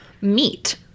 meat